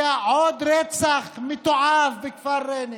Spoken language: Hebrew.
היה עוד רצח מתועב בכפר ריינה: